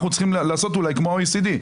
אנחנו צריכים לעשות אולי כמו ה-OECD.